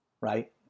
right